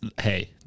hey